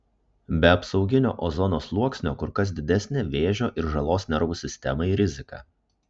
be apsauginio ozono sluoksnio kur kas didesnė vėžio ir žalos nervų sistemai rizika